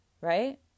Right